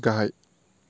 गाहाय